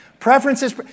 Preferences